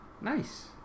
Nice